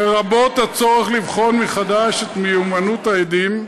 לרבות מהימנות העדים,